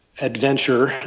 adventure